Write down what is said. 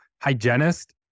hygienist